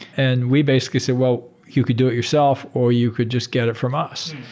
and we basically said, well, you could do it yourself or you could just get it from us.